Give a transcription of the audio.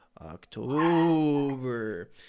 october